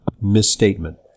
misstatement